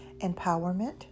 Empowerment